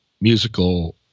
musical